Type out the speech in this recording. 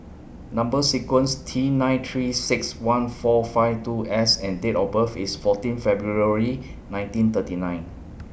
Number sequence T nine three six one four five two S and Date of birth IS fourteen February nineteen thirty nine